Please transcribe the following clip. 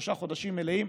שלושה חודשים מלאים,